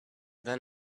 then